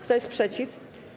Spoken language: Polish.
Kto jest przeciw?